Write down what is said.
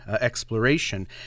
exploration